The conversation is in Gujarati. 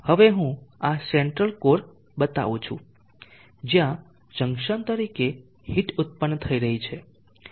હવે હું આ સેન્ટ્રલ કોર બતાવું છું જ્યાં જંકશન તરીકે હીટ ઉત્પન્ન થઈ રહી છે